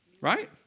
Right